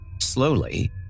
Slowly